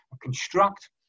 construct